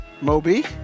Moby